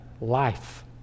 Life